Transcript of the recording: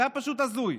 זה היה פשוט הזוי: